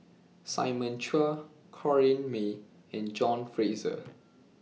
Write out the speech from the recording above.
Simon Chua Corrinne May and John Fraser